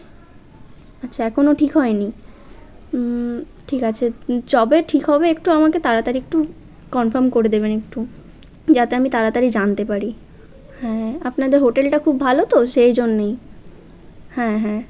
আচ্ছা এখনো ঠিক হয় নি ঠিক আছে যবে ঠিক হবে একটু আমাকে তাড়াতাড়ি একটু কনফার্ম করে দেবেন একটু যাতে আমি তাড়াতাড়ি জানতে পারি হ্যাঁ আপনাদের হোটেলটা খুব ভালো তো সেই জন্যেই হ্যাঁ হ্যাঁ